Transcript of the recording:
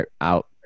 out